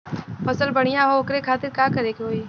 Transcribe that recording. फसल बढ़ियां हो ओकरे खातिर का करे के होई?